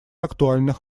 актуальных